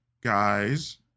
guys